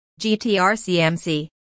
GTRCMC